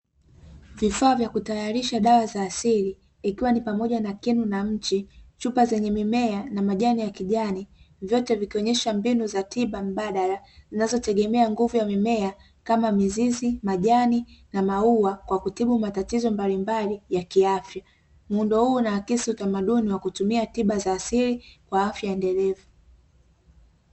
Vifaa vya kutayarisha dawa za asili, ikiwa ni pamoja na kinu na mchi, chupa zenye mimea na majani ya kijani, vyote vikionyesha mbinu za tiba mbadala zinazotegemea nguvu ya mimea, kama: mizizi, majani na maua, kwa kutibu matatizo mbalimbali ya kiafya. Muundo huu unaakisi utamaduni wa kutumia tiba za asili kwa afya endelevu.